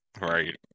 Right